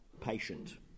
patient